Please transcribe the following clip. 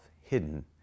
hidden